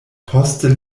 poste